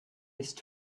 ist